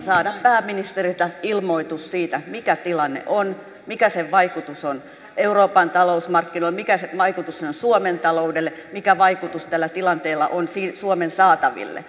saada pääministeriltä ilmoitus siitä mikä tilanne on mikä sen vaikutus on euroopan taloudelle ja markkinoilla mikä vaikutus sillä on suomen taloudelle mikä vaikutus tällä tilanteella on suomen saataville